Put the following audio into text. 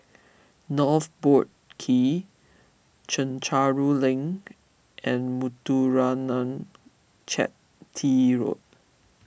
North Boat Quay Chencharu Link and Muthuraman Chetty Road